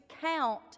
count